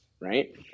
right